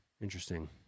Interesting